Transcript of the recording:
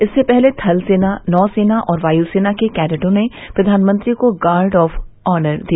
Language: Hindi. इससे पहले थलसेना नौसेना और वायुसेना के कैडटों ने प्रधानमंत्री को गार्ड ऑफ ऑनर दिया